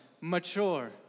mature